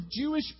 Jewish